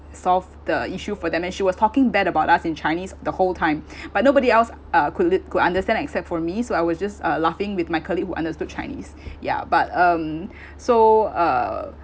solve the issue for them and she was talking bad about us in chinese the whole time but nobody else uh could lead could understand except for me so I was just uh laughing with my colleague who understood chinese ya but um so uh